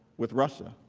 with russia,